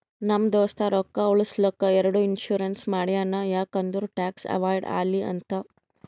ನಮ್ ದೋಸ್ತ ರೊಕ್ಕಾ ಉಳುಸ್ಲಕ್ ಎರಡು ಇನ್ಸೂರೆನ್ಸ್ ಮಾಡ್ಸ್ಯಾನ್ ಯಾಕ್ ಅಂದುರ್ ಟ್ಯಾಕ್ಸ್ ಅವೈಡ್ ಆಲಿ ಅಂತ್